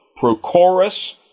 Prochorus